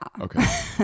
Okay